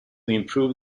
improve